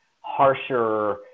harsher